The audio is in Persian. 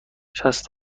شصت